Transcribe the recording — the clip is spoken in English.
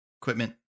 equipment